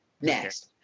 Next